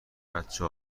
بچه